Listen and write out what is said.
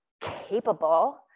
capable